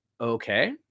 okay